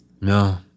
No